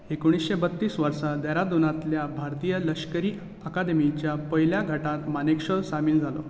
एकोणशें बत्तीस वर्सा देहरादूनांतल्या भारतीय लश्करी अकादेमीच्या पयल्या गटांत मानेकशॉ सामील जालो